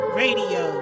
radio